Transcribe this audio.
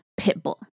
Pitbull